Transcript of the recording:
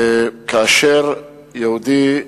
כאשר יהודי,